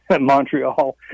Montreal